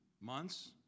Months